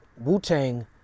Wu-Tang